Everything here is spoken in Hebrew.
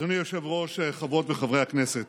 אדוני היושב-ראש, חברות וחברי הכנסת,